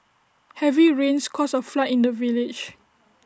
heavy rains caused A flood in the village